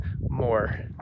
more